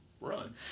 Run